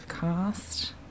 cast